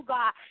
God